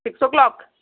six O clock